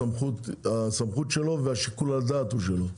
הסמכות שלו ושיקול הדעת שלו.